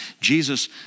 Jesus